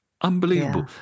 unbelievable